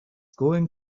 going